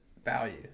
value